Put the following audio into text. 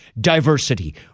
diversity